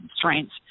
constraints